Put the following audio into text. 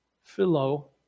Philo